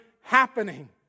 happening